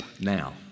now